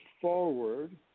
forward –